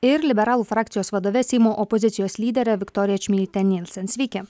ir liberalų frakcijos vadove seimo opozicijos lydere viktorija čmilyte nilsen sveiki